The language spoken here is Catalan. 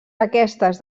aquestes